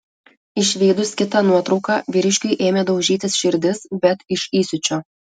išvydus kitą nuotrauką vyriškiui ėmė daužytis širdis bet iš įsiūčio